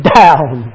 down